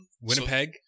Winnipeg